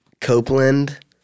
Copeland